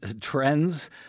trends